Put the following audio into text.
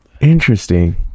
Interesting